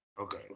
Okay